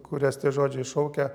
kurias tie žodžiai iššaukia